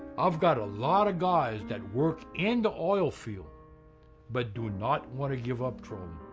i've got a lot of guys that work in the oil field but do not want to give up trawlin'.